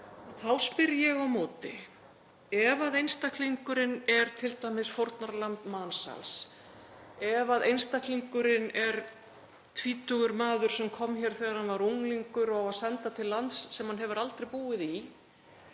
Þá spyr ég á móti: Ef einstaklingurinn er t.d. fórnarlamb mansals, ef einstaklingurinn er tvítugur maður sem kom hér þegar hann var unglingur og á að senda til lands sem hann hefur aldrei búið í,